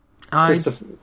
Christopher